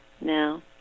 now